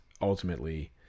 ultimately